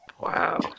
Wow